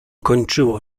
kończyło